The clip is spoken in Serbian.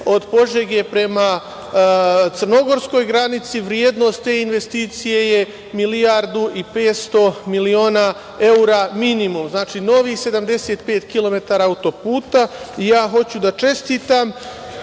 od Požege prema crnogorskoj granici. Vrednost te investicije je milijardu i 500 miliona evra minimum. Znači, novih 75 kilometara autoputa. Hoću da čestitam